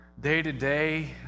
day-to-day